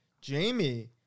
Jamie